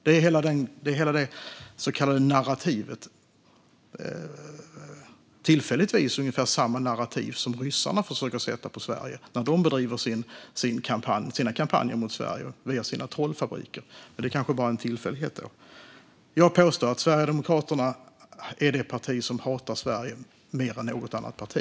Det är hela det så kallade narrativet, tillfälligtvis ungefär samma narrativ som ryssarna försöker sätta på Sverige när de bedriver sina kampanjer mot Sverige via sina trollfabriker. Men det kanske bara är en tillfällighet. Jag påstår att Sverigedemokraterna är det parti som hatar Sverige mer än något annat parti.